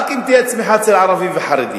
רק אם תהיה צמיחה אצל ערבים וחרדים.